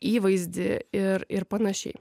įvaizdį ir ir panašiai